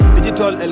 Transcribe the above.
Digital